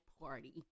party